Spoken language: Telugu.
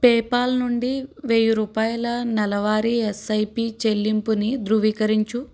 పేపాల్ నుండి వెయ్యిరూపాయల నెలవారి ఎస్ఐపి చెల్లింపుని ధృవీకరించు